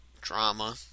Drama